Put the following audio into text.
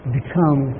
become